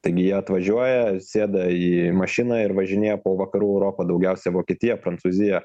taigi jie atvažiuoja sėda į mašiną ir važinėja po vakarų europą daugiausia vokietiją prancūziją